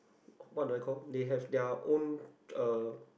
what do I call they have their own uh